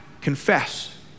confess